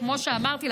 כמו שאמרתי,